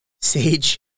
Sage